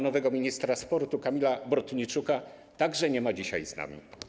Nowego ministra sportu Kamila Bortniczuka także nie ma dzisiaj z nami.